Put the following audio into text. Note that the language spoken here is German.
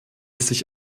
sich